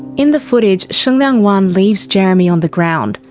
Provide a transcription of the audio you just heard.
in the footage, shengliang wan leaves jeremy on the ground,